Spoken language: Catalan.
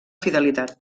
fidelitat